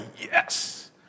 yes